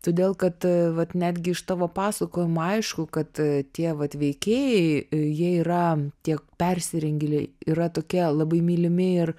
todėl kad vat netgi iš tavo pasakojimo aišku kad tie vat veikėjai jie yra tie persirengėliai yra tokie labai mylimi ir